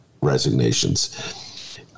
resignations